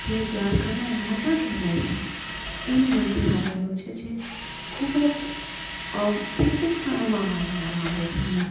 જે દ્વારકાના રાજા કહેવાય છે એનું મંદિર આવેલું છે જે ખૂબ જ તીર્થસ્થાનોમાં માનવામાં આવે છે એને